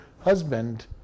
husband